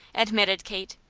admitted kate.